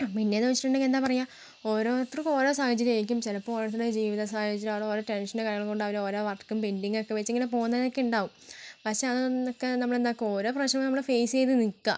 പിന്നെന്ന് വെച്ചട്ടുണ്ടെങ്കിൽ എന്താ പറയാ ഓരോരുത്തർക്കും ഓരോ സാഹചര്യമായിരിക്കും ചിലപ്പോൾ ഓരോരുത്തരുടെ ജീവിത സാഹചര്യമായിരിക്കും ഓരോ ടെൻഷനും കാര്യം കൊണ്ട് ഓരോ വർക്കും പെൻഡിങ് ഒക്കെ വെച്ച് ഇങ്ങനെ പോകുന്നവരൊക്കെ ഉണ്ടാകും പക്ഷേ അതൊക്കെ നമ്മൾ എന്താകും ഓരോ പ്രാവശ്യം നമ്മൾ ഫെയ്സ് ചെയ്തു നിൽക്കുക